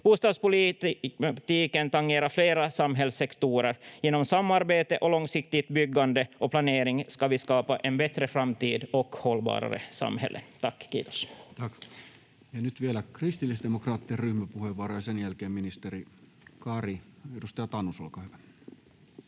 Bostadspolitiken tangerar flera samhällssektorer. Genom samarbete och långsiktigt byggande och planering ska vi skapa en bättre framtid och hållbarare samhällen. — Tack, kiitos.